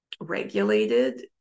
regulated